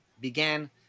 began